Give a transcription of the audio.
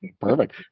Perfect